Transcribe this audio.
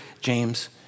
James